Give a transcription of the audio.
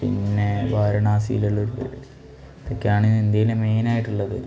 പിന്നേ വാരണാസിയിലുള്ള ഒരിത് ഇതൊക്കെയാണ് ഇന്ത്യയിൽ മെയിനായിട്ടുള്ളത്